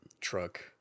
truck